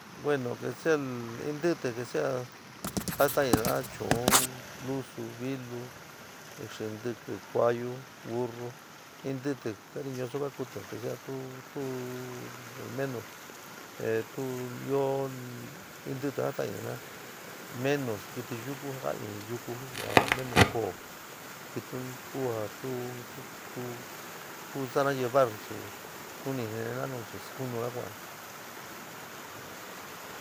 Bueno que sea, intí´í, que sea intí´ítí jataina chuun, lusu vilo, xii intiki, kuayu, burru ñi ñiti cariñoso kakuti o sea luuto al menos ño in “ñiti jataina menos xaa yukua ja kai yukua, menos koo kitín kuatu, tu samna llevar ahi nu ni jinira nu chi skonura kua´a.